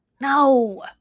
No